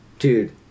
Dude